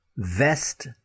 Vest